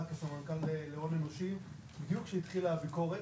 כסמנכ"ל להון אנושי בדיוק שהתחילה הביקורת,